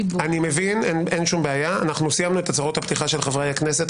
סיימנו את הצהרות הפתיחה של חברי הכנסת.